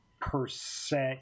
percent